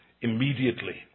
immediately